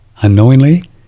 unknowingly